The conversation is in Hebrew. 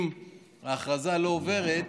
אם ההכרזה לא עוברת,